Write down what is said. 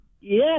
Yes